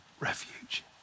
Refuge